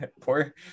poor